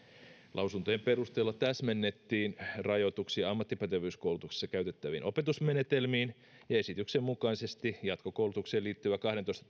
lausuntojen perusteella täsmennettiin rajoituksia ammattipätevyyskoulutuksessa käytettäviin opetusmenetelmiin ja esityksen mukaisesti jatkokoulutukseen liittyvä kahdentoista